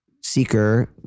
Seeker